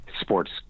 sports